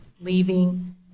leaving